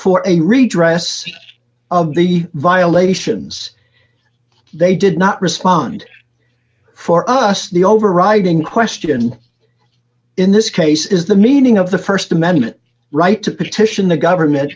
for a redress of the violations they did not respond for us the overriding question in this case is the meaning of the st amendment right to petition the government